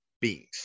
beings